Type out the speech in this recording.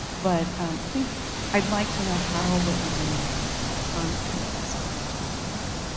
but i think i'd like to know how what you're doing is different from a kind of salvage ethnology.